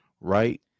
right